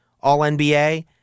All-NBA